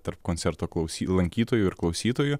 tarp koncerto klausy lankytojų ir klausytojų